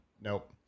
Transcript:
nope